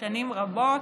שנים רבות,